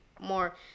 More